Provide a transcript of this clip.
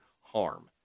harm